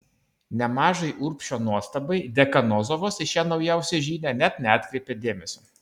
nemažai urbšio nuostabai dekanozovas į šią naujausią žinią net neatkreipė dėmesio